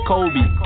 Kobe